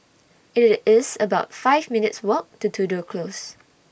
IT IS about five minutes' Walk to Tudor Close